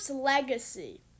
Legacy